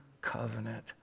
covenant